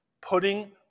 putting